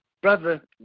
brother